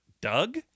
Doug